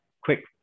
quick